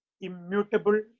immutable